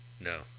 No